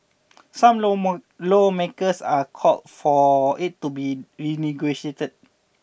some lawmakers are called for it to be renegotiated